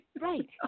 Right